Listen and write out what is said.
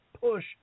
push